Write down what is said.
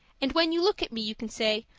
and when you look at me you can say,